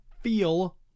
feel